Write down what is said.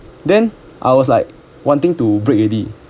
then I was like wanting to brake already